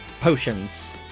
potions